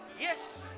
yes